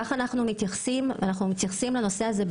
כך אנחנו מתייחסים לנושא.